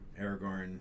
Aragorn